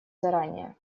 заранее